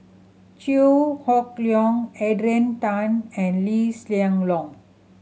Chew Hock Leong Adrian Tan and Lee Hsien Loong